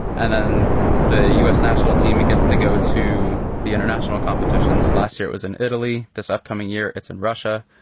and then the u s. national team gets to go to the international competitions. last year it was in italy. this upcoming year it's in russia.